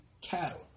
cattle